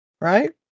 right